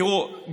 תראו,